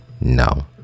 No